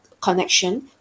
connection